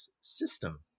system